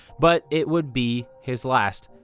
but it would be his last.